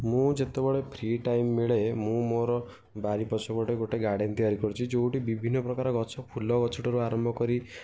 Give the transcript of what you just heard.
ମୁଁ ଯେତେବେଳେ free time ମିଳେ ମୁଁ ମୋର ବାରି ପଛପଟେ ଗୋଟେ ଗାର୍ଡ଼଼େନ୍ ତିଆରି କରିଛି ଯେଉଁଠି ବିଭିନ୍ନପ୍ରକାର ଗଛ ଫୁଲଗଛ ଠାରୁ ଆରମ୍ଭ କରି